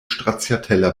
stracciatella